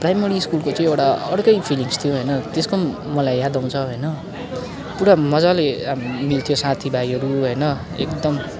primary स्कुलको चाहिँ एउटा अर्कै फिलिङ्ग्स थियो होइन त्यसको पनि मलाई याद आउँछ होइन पुरा मज्जाले मिल्थ्यो साथीभाइहरू होइन एकदम